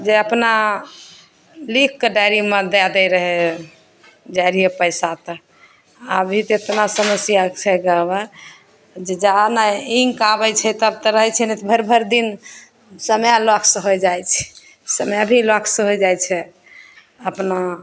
जे अपना लिखिके डाइरीमे दै दै रहै जाइ रहिए पइसा तऽ अभी तऽ एतना समस्या छै गाममे जे जहाँ ने लिन्क आबै छै तब तऽ रहै छै भरि भरिदिन समय लैप्स होइ जाइ छै समय भी लैप्स होइ जाइ छै अपना